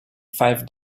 five